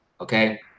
okay